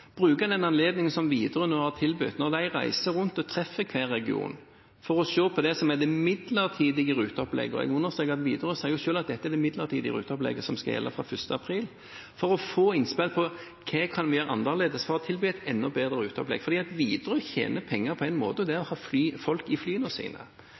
den anledningen som Widerøe nå har tilbudt, når de reiser rundt og treffer hver region for å se på det som er det midlertidige ruteopplegget – jeg understreker at Widerøe selv sier at dette er det midlertidige ruteopplegget som skal gjelde fra 1. april – for å få innspill til hva vi kan gjøre annerledes for å tilby et enda bedre ruteopplegg. For Widerøe tjener penger på én måte, og det er ved å ha folk i flyene sine.